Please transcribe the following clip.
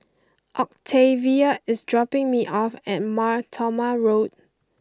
Octavia is dropping me off at Mar Thoma Road